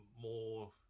more